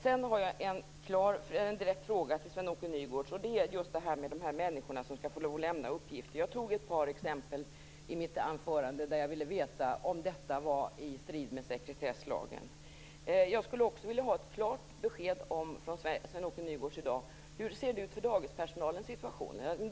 Jag har en direkt fråga till Sven-Åke Nygårds. Det gäller just människorna som skall lämna uppgifter. Jag tog upp ett par exempel i mitt anförande. Jag ville veta om de exemplen var i strid med sekretesslagen. Jag skulle också vilja ha ett klart besked från Sven Åke Nygårds i dag om hur situationen ser ut för dagispersonalen.